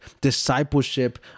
discipleship